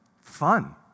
fun